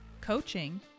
coaching